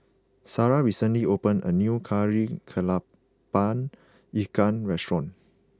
Sara recently opened a new Kari Kepala Ikan restaurant